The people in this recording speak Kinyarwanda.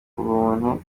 umuntu